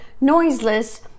noiseless